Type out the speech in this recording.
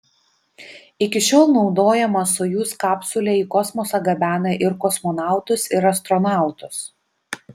iki šiol naudojama sojuz kapsulė į kosmosą gabena ir kosmonautus ir astronautus